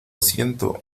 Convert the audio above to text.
siento